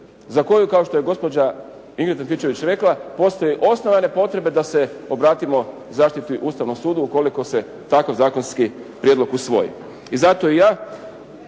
za koju kao što je gospođa Ingrid Antičević rekla postoje osnovane potrebe da se obratimo zaštiti Ustavnom sudu ukoliko se tako zakonski prijedlog usvoji. I zato i ja